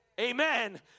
Amen